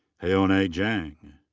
hyeonae jang.